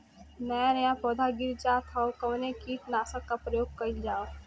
नया नया पौधा गिर जात हव कवने कीट नाशक क प्रयोग कइल जाव?